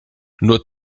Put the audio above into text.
nur